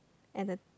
at the